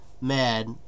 mad